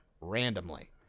randomly